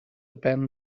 ben